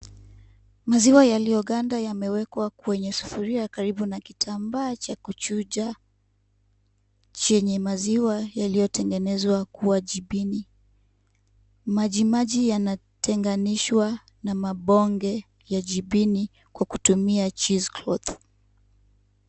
Maziwa yaliyoganda yamewekwa kwenye sufuria karibu na kitambaa cha kuchuja chenye maziwa yaliyotengenezwa kuwa jibini. Maji maji yanatenganishwa na mabonge ya jibini kwa kutumia cheese clothe .